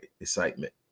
excitement